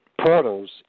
portals